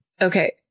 okay